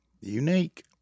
Unique